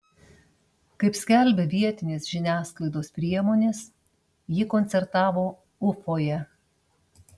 kaip skelbia vietinės žiniasklaidos priemonės ji koncertavo ufoje